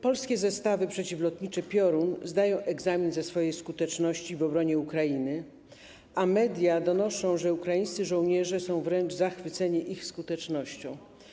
Polskie zestawy przeciwlotnicze Piorun zdają egzamin ze swojej skuteczności w obronie Ukrainy, a media donoszą, że ukraińscy żołnierze są wręcz zachwyceni ich skutecznością.